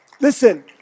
listen